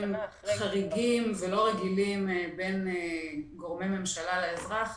חריגים ולא רגילים בין גורמי ממשלה לאזרח,